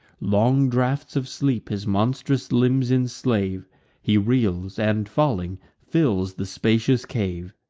long draughts of sleep his monstrous limbs enslave he reels, and, falling, fills the spacious cave.